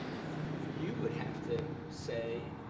you would have to say,